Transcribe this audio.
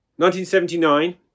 1979